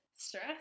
Stress